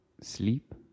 Sleep